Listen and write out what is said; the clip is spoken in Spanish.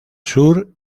sur